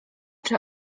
czy